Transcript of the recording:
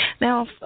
Now